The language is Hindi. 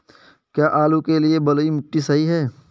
क्या आलू के लिए बलुई मिट्टी सही है?